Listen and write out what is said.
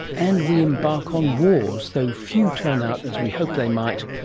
and we embark on wars, though few turn out as we hope they might,